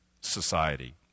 society